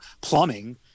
plumbing